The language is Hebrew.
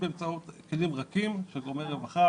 עם כלים רכים של גורמי רווחה,